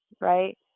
right